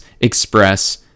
express